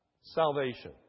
Salvation